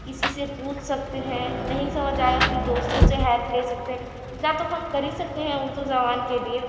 کسی سے پوچھ سکتے ہیں نہیں سمجھ میں آیا پھر دوستوں سے ہیلپ لے سکتے ہیں اتنا تو ہم کر ہی سکتے ہیں اردو زبان کے لیے